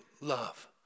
Love